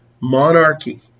monarchy